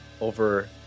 over